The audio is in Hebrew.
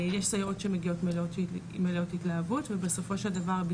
יש סייעות שמגיעות מלאות התלהבות ובסופו של דבר,